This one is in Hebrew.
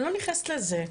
אני לא נכנסתי לזה.